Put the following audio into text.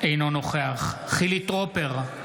אינו נוכח חילי טרופר,